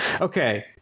Okay